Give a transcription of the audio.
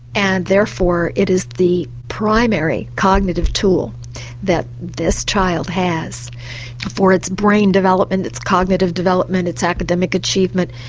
and therefore it is the primary cognitive tool that this child has for its brain development, its cognitive development, its academic achievement.